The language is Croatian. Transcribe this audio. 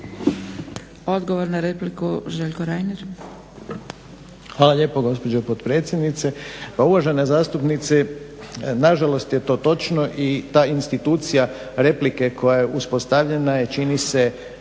Odgovor na repliku, Željko Reiner.